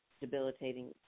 debilitating